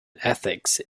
ethics